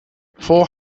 four